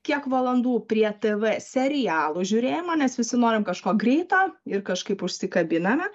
kiek valandų prie tv serialų žiūrėjimo nes visi norim kažko greito ir kažkaip užsikabiname